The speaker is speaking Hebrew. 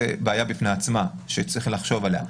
זו בעיה בפני עצמה שצריך לחשוב עליה.